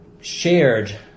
shared